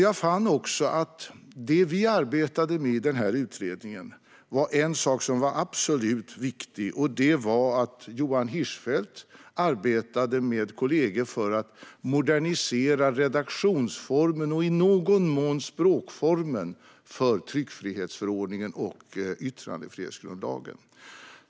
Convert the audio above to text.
Jag fann också att vi i utredningen arbetade med en sak som absolut var viktig. Johan Hirschfeldt med kollegor arbetade nämligen för att modernisera redaktionsformen, och i någon mån språkformen, för tryckfrihetsförordningen och yttrandefrihetsgrundlagen.